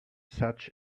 such